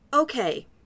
Okay